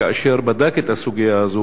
כאשר בדק את הסוגיה הזו,